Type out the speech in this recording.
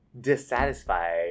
dissatisfied